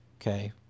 okay